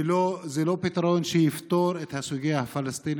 זה לא פתרון שיפתור את הסוגיה הפלסטינית.